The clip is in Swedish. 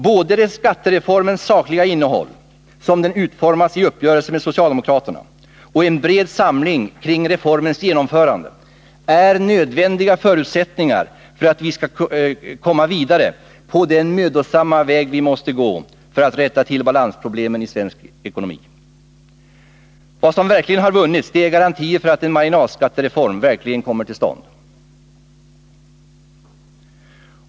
Både skattereformens sakliga innehåll som den utformats i uppgörelsen med socialdemokraterna och en bred samling kring reformens genomförande är nödvändiga förutsättningar för att vi skall komma vidare på den mödosamma väg vi måste gå för att rätta till balansproblemen i svensk ekonomi. Vad som i verkligheten vunnits är garantier för att en marginalskattereform verkligen kommer till stånd.